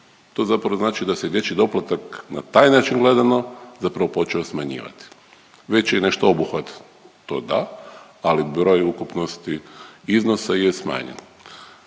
To zapravo znači da se dječji doplatak na taj način gledano zapravo počeo smanjivati. Veći je nešto obuhvat to da, ali broj ukupnosti iznosa je smanjen.